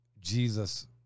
Jesus